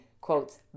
quotes